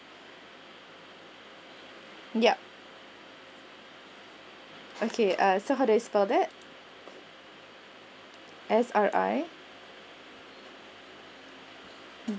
yup okay uh so how do you spell that S R I